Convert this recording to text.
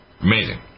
Amazing